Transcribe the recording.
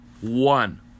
one